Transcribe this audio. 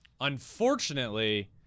unfortunately –